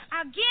Again